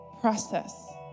process